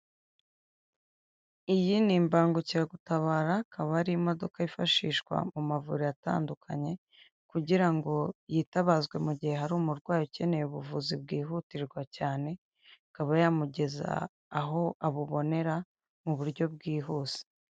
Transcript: Iyi ni imbangukiragutabara ikaba ari imodoka yifashishwa mu mavuriro atandukanye, kugira ngo yitabazwe mu gihe hari umurwayi ukeneye ubuvuzi bwihutirwa cyane, ikaba yamugeza aho abubonera mu buryo bwihuse.